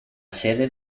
sede